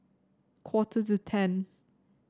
quarter to ten